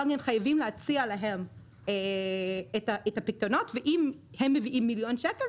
הבנקים חייבים להציע להם את הפיקדונות ואם הם מביאים מיליון שקל,